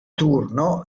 turno